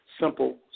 Simple